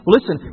Listen